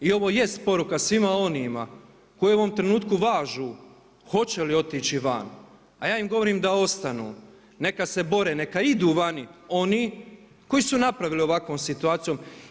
I ovo jest poruka svima onima koji u ovom trenutku važu hoće li otići van a ja im govorim da ostanu, neka se bore, neka idu vani oni koji su napravili ovakvom situacijom.